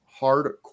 hardcore